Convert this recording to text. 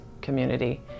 community